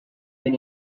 been